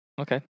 Okay